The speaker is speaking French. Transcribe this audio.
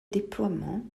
déploiement